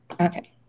Okay